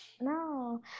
No